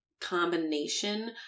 combination